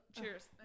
Cheers